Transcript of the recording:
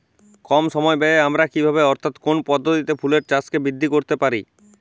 কম সময় ব্যায়ে আমরা কি ভাবে অর্থাৎ কোন পদ্ধতিতে ফুলের চাষকে বৃদ্ধি করতে পারি?